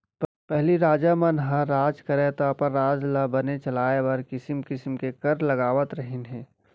पहिली राजा मन ह राज करयँ तौ अपन राज ल बने चलाय बर किसिम किसिम के कर लगावत रहिन हें